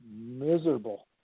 miserable